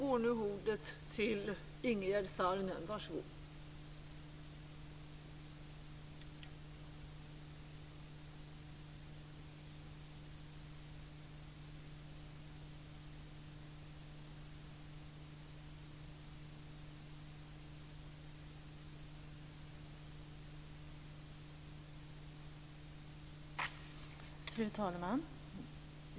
Fru talman!